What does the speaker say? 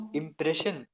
impression